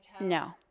No